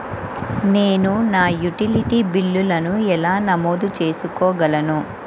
నేను నా యుటిలిటీ బిల్లులను ఎలా నమోదు చేసుకోగలను?